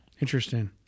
Interesting